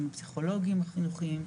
עם הפסיכולוגיים החינוכיים.